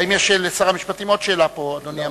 האם יש לשר המשפטים עוד שאלה פה, אדוני המזכיר?